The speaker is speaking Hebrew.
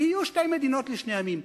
יהיו שתי מדינות לשני עמים,